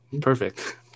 perfect